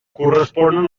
corresponen